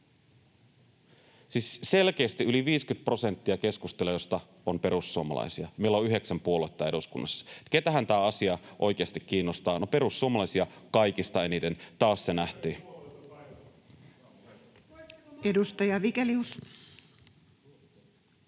selkeästi yli 50 prosenttia keskustelijoista on perussuomalaisia — meillä on yhdeksän puoluetta eduskunnassa. Keitähän tämä asia oikeasti kiinnostaa? Perussuomalaisia kaikista eniten, taas se nähtiin.